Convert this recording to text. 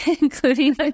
including